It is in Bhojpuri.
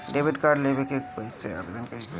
डेबिट कार्ड लेवे के बा कइसे आवेदन करी अउर कहाँ?